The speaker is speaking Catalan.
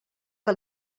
que